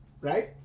right